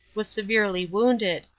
was severely wounded,